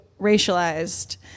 racialized